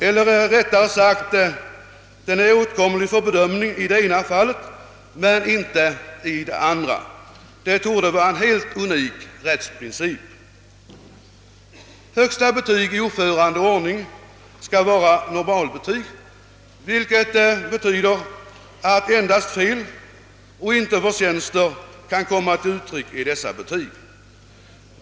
Eller rättare sagt, den är åtkomlig för bedömning i det ena fallet men inte i det andra. Detta torde vara en helt unik rättsprincip. Högsta betyg i uppförande och ordning skall vara normalbetyg, vilket betyder att endast fel och inte förtjänster kan komma till uttryck i dessa betyg.